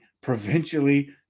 provincially